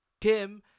Kim